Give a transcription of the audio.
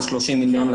זה 30 מיליון,